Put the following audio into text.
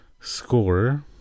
score